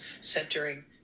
centering